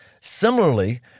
Similarly